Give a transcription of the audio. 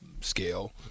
scale